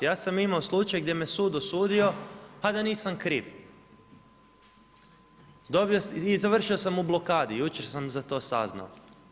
Ja sam imao slučaj gdje me sud osudio a da nisam kriv i završio sam u blokadi, jučer sam za to saznao.